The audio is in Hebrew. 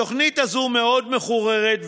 התוכנית הזאת מאוד מחוררת,